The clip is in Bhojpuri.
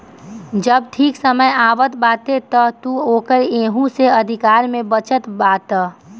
जब ठीक समय आवत बाटे तअ तू ओके एहू से अधिका में बेचत बाटअ